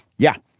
yeah.